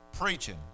preaching